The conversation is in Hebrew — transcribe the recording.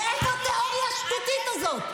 מאיפה התיאוריה השטותית הזאת?